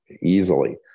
easily